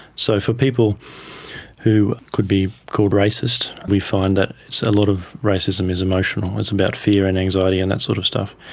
so for people who could be called racist we find that a lot of racism is emotional, it's about fear and anxiety and that sort of stuff.